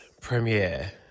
premiere